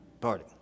Party